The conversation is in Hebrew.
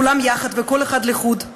כולם יחד וכל אחד לחוד,